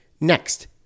Next